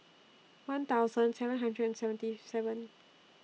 one thousand seven hundred and seventy seven